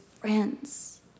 friends